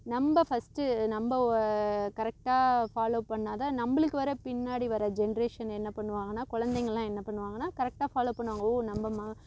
நம்ப ஃபர்ஸ்டு நம்ப கரெக்டாக ஃபாலோ பண்ணாதான் நம்பளுக்கு வர பின்னாடி வர ஜென்ரேஷன் என்ன பண்ணுவாங்கன்னா குழந்தைங்களான் என்ன பண்ணுவாங்கன்னா கரெக்டாக ஃபாலோ பண்ணுவாங்க ஓ நம்ப மா